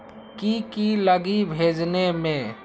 की की लगी भेजने में?